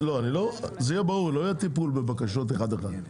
זה ברור, לא יהיה טיפול בבקשות אחת-אחת.